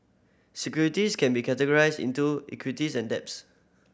securities can be categorized into equities and debts